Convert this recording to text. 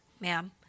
ma'am